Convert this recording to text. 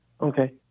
Okay